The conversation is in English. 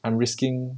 I'm risking